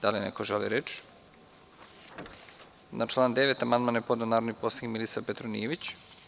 Da li neko želi reč? (Ne) Na član 9. amandman je podneo narodni poslanik Milisav Petronijević.